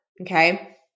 Okay